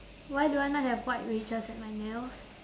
why do I not have white wedges at my nails